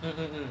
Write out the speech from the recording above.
mm mm